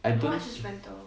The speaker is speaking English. I don't